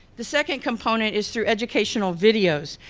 the second component is through educational videos.